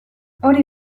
hori